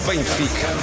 Benfica